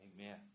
Amen